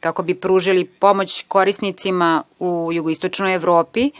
kako bi pružili pomoć korisnicima u jugoistočnoj Evropi,